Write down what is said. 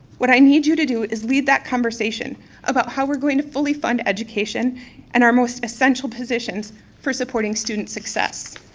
what i need you to do is lead that conversation about how we're going to fully fund education in and our most essential positions for supporting student success.